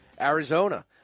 Arizona